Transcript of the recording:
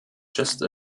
just